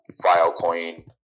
Filecoin